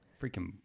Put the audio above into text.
Freaking